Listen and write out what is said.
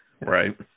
Right